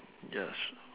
ya I als~